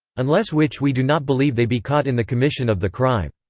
unless which we do not believe they be caught in the commission of the crime.